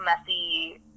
messy